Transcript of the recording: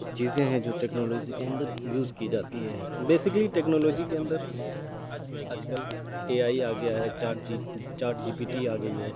چیزیں ہیں جو ٹیکنالوزی کے اندر یوز کی جاتی ہیں بیسکلی ٹیکنالوجی کے اندر آج کل اے آئی آ گیا ہے chat G chat G P T آ گئی ہے